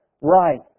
right